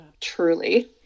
truly